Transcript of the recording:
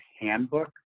handbook